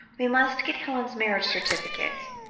we must get helen's marriage certificate,